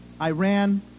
Iran